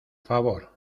favor